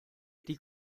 die